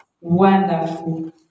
wonderful